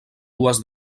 dues